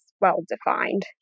well-defined